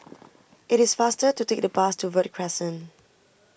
it is faster to take the bus to Verde Crescent